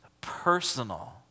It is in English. Personal